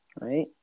Right